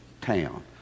town